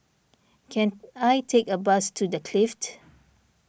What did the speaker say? can I take a bus to the Clift